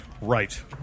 Right